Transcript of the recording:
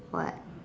what